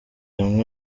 amwe